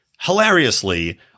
Hilariously